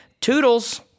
toodles